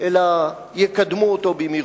אלא יקדמו אותו במהירות.